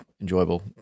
enjoyable